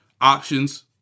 options